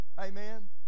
Amen